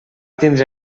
tindre